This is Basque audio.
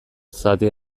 zati